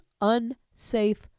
unsafe